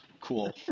Cool